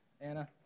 Anna